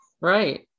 Right